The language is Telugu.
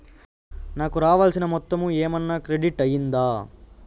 నాకు రావాల్సిన మొత్తము ఏమన్నా క్రెడిట్ అయ్యిందా